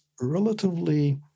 relatively